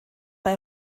bei